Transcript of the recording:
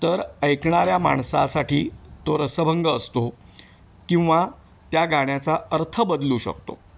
तर ऐकणाऱ्या माणसासाठी तो रसभंग असतो किंवा त्या गाण्याचा अर्थ बदलू शकतो